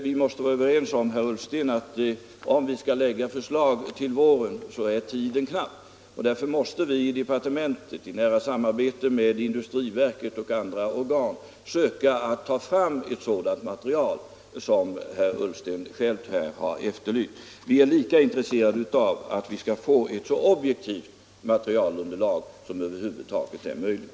Vi måste ändå vara överens om, herr Ullsten, att om förslag skall läggas till våren är tiden knapp. Därför måste vi inom departementet i nära samarbete med industriverket och andra organ söka ta fram sådant material som herr Ullsten själv efterlyst. Vi är lika intresserade som han av att få så objektivt materialunderlag som över huvud taget är möjligt.